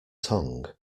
tongue